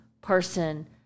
person